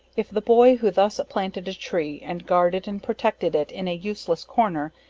if the boy who thus planted a tree, and guarded and protected it in a useless corner,